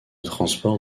transport